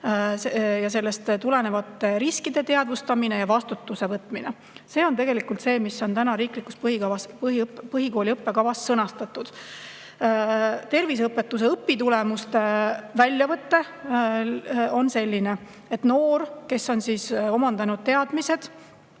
ja sellest tulenevate riskide teadvustamine ja vastutuse võtmine. See on tegelikult see, mis on riiklikus põhikooli õppekavas sõnastatud. Terviseõpetuse õpitulemuste väljavõte on selline, et noor, kes on omandanud teadmised